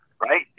Right